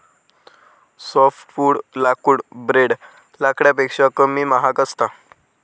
softwood लाकूड ब्रेड लाकडापेक्षा कमी महाग असता